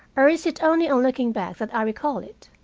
or is it only on looking back that i recall it?